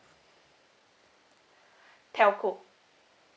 telco